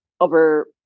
over